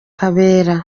kabera